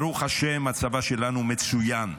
ברוך השם הצבא שלנו מצוין.